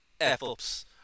F-ups